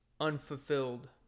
unfulfilled